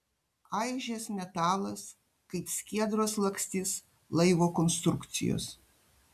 aižės metalas kaip skiedros lakstys laivo konstrukcijos